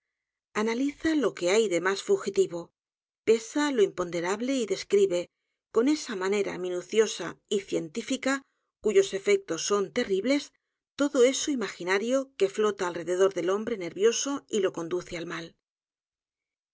analiza lo que hay de más fugitivo pesa lo imponderable y describe con esa manera minuciosa y ciensu vida y sus obras tífica cuyos efectos son terribles todo eso imaginario que flota alrededor del hombre nervioso y lo conduce al mal